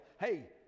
Hey